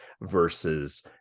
versus